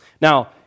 Now